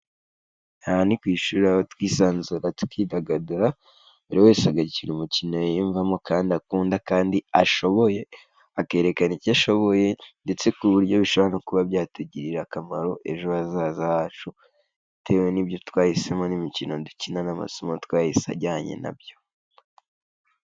Aha ni ku ishuri aho twisanzura tukidagadura buri wese agakina umukino yiyumvamo kandi akunda kandi ashoboye, akanerekana icyo ashoboye, ndetse ku buryo bishobora kuba byatugirira akamaro ejo hazaza hacu bitewe n'ibyo twahisemo n'imikino dukina n'amasomo twahisemo ajyanye na byo.